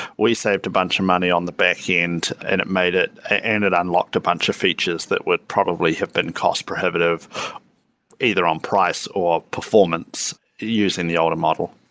we saved a bunch of money on the backend and it made it and it unlocked a bunch of features that would probably have been cost prohibitive either on price or performance using the older model